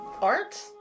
art